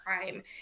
crime